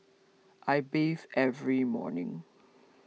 I bathe every morning